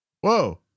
Whoa